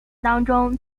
当中